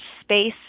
space